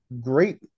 great